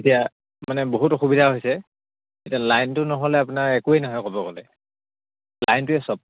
এতিয়া মানে বহুত অসুবিধা হৈছে এতিয়া লাইনটো নহ'লে আপোনাৰ একোৱেই নহয় ক'ব গ'লে লাইনটোৱে চব